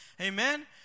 Amen